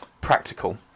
practical